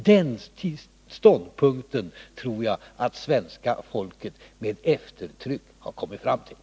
Den ståndpunkten tror jag att svenska folket med eftertryck har kommit fram till.